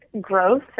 growth